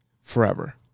forever